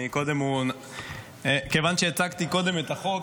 כיוון שהצגתי קודם את החוק,